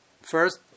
First